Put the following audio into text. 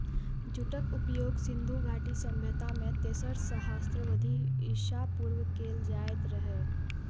जूटक उपयोग सिंधु घाटी सभ्यता मे तेसर सहस्त्राब्दी ईसा पूर्व कैल जाइत रहै